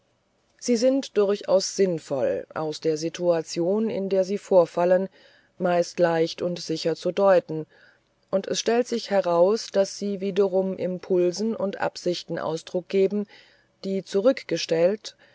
sie sind durchaus sinnvoll aus der situation in der sie vorfallen meist leicht und sicher zu deuten und es stellt sich heraus daß sie wiederum impulsen und absichten ausdruck geben die zurückgestellt